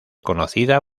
conocida